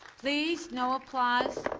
please, no applause.